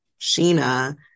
Sheena